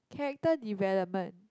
character development